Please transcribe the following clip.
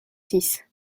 six